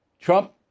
Trump